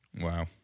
Wow